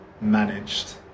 managed